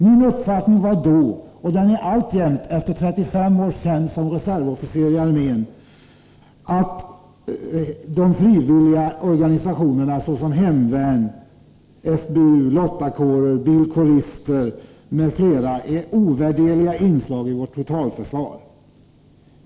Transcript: Min uppfattning var då och är alltjämt — efter 35 års tjänst som reservofficer i armén — att de frivilliga organisationerna, såsom hemvärn, FBU, lottakårer, bilkårister m.fl., är ovärderliga inslag i vårt totalförsvar.